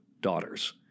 daughters